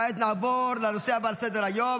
כעת נעבור לנושא הבא על סדר-היום,